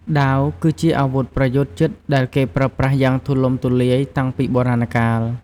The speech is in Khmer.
ដាវ គឺជាអាវុធប្រយុទ្ធជិតដែលគេប្រើប្រាស់យ៉ាងទូលំទូលាយតាំងពីបុរាណកាល។